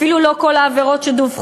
אפילו לא כל העבירות שדווחו.